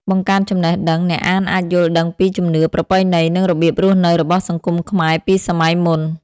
បង្កើនចំណេះដឹង អ្នកអានអាចយល់ដឹងពីជំនឿ ប្រពៃណី និងរបៀបរស់នៅរបស់សង្គមខ្មែរពីសម័យមុន។